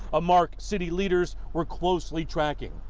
a mark city leaders were closely tracking.